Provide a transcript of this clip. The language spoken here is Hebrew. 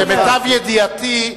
למיטב ידיעתי,